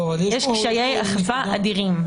יש קשיי אכיפה אדירים.